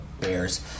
bears